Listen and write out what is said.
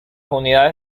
unidades